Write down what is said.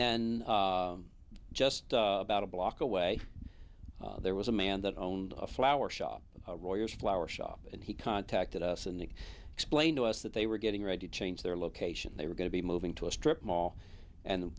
and just about a block away there was a man that owned a flower shop roy a flower shop and he contacted us and explain to us that they were getting ready to change their location they were going to be moving to a strip mall and